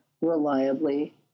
reliably